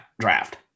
draft